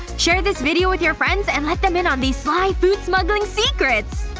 share this video with your friends and let them in on these sly food-smuggling secrets!